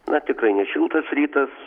na tikrai nešiltas rytas